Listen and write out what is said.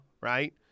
Right